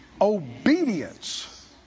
obedience